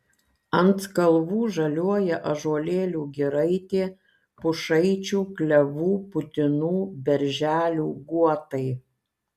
ant kalvų žaliuoja ąžuolėlių giraitė pušaičių klevų putinų berželių guotai